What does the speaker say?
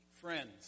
Friends